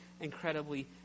incredibly